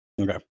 Okay